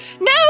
No